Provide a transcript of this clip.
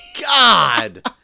God